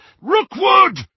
Rookwood